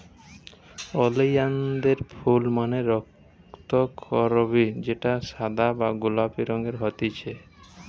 ওলিয়ানদের ফুল মানে রক্তকরবী যেটা সাদা বা গোলাপি রঙের হতিছে